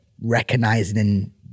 recognizing